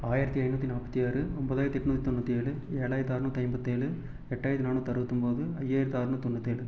ஆயிரத்து ஐநூற்றி நாப்பத்து ஆறு ஒம்பதாயிரத்து எட்நூத் தொண்ணூற்றி ஏழு ஏழாயிரத்து ஆர்நூற்றி ஐம்பத்து ஏழு எட்டாயிரத்து நானூத் அறுபத்தொம்போது ஐயாயிரத்து ஆர்நூற் தொண்ணூத்தேழு